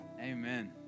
Amen